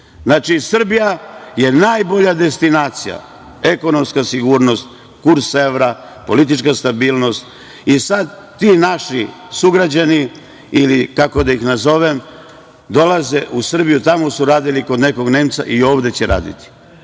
Srbija je najbolja destinacija, ekonomska sigurnost, kurs evra, politička stabilnost. Sada ti naši sugrađani, ili kako da ih nazovem, dolaze u Srbiju, tamo su radili kod nekog Nemca, a i ovde će raditi.